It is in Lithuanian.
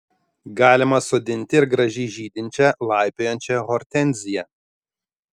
galima sodinti ir gražiai žydinčią laipiojančią hortenziją